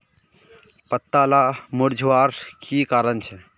पत्ताला मुरझ्वार की कारण छे?